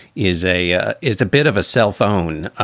is a ah is a bit of a cell phone,